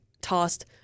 tossed